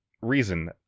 reason